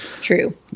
True